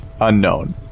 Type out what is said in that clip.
unknown